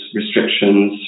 restrictions